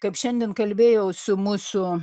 kaip šiandien kalbėjau su mūsų